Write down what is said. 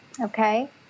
okay